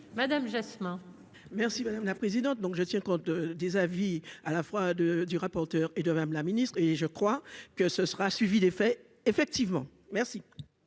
madame Jasmin. Merci madame la présidente, donc je tiens compte des avis à la fois de du rapporteur et de Madame la Ministre, et je crois que ce sera suivi d'effet, effectivement, merci.